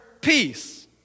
peace